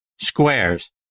Squares